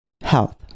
health